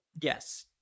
yes